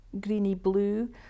greeny-blue